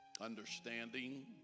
understanding